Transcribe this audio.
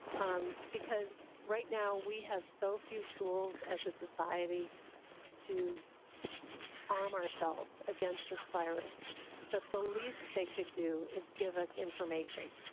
um because right now we have so few tools as a society to arm ourselves against this virus that the least they could do is give us information.